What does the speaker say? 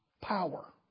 power